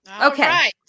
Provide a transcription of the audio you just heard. Okay